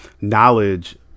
knowledge